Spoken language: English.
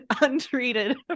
untreated